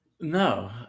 No